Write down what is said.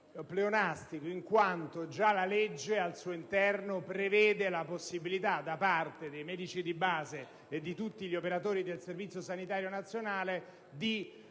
pleonastico in quanto già la legge al suo interno prevede la possibilità da parte dei medici di base e di tutti gli operatori del Servizio sanitario nazionale